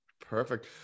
Perfect